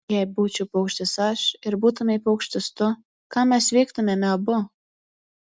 jei būčiau paukštis aš ir būtumei paukštis tu ką mes veiktumėme abu